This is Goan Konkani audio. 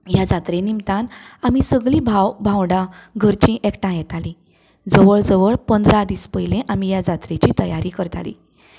ह्या जात्रे निमतान आमी सगळीं भाव भावंडा घरचीं एकठांय येताली जवळ जवळ पंदरा दीस पयलीं आमी ह्या जात्रेची तयारी करताली